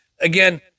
again